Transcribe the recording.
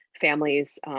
families